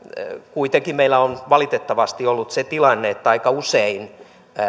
kuitenkin meillä on valitettavasti ollut se tilanne että aika usein